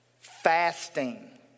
fasting